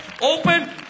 open